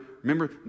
remember